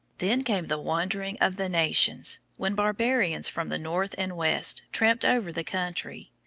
then came the wandering of the nations, when barbarians from the north and west tramped over the country.